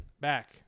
Back